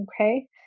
okay